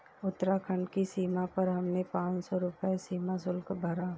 उत्तराखंड की सीमा पर हमने पांच सौ रुपए सीमा शुल्क भरा